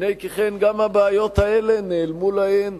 הנה כי כן, גם הבעיות האלה נעלמו להן,